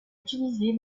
utiliser